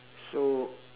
so